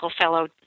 fellow